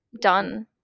done